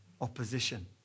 opposition